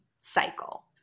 cycle